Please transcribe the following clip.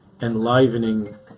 enlivening